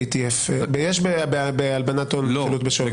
יש בהלבנת הון חילוט בשווי.